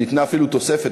ניתנה אפילו תוספת,